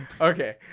Okay